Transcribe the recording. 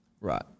Right